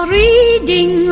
reading